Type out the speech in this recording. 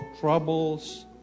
troubles